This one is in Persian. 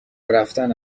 رفتن